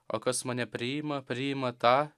o kas mane priima priima tą